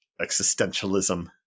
existentialism